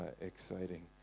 exciting